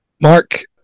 Mark